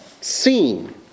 seen